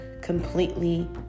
completely